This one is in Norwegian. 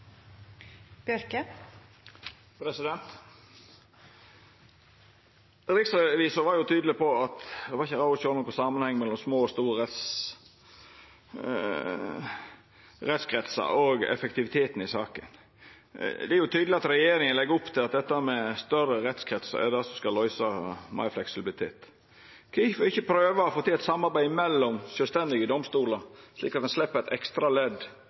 var tydeleg på at det ikkje var råd å sjå nokon samanheng mellom små og store rettskrinsar og effektivitet i saker. Det er tydeleg at regjeringa legg opp til at større rettskrinsar skal føra til meir fleksibilitet. Kvifor kan ein ikkje prøva å få til eit samarbeid mellom sjølvstendige domstolar, slik at ein slepp eit ekstra